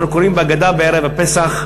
אנחנו קוראים בהגדה בערב הפסח,